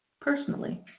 Personally